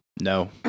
No